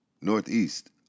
northeast